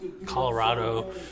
Colorado